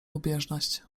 lubieżność